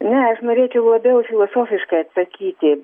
ne aš norėčiau labiau filosofiškai atsakyti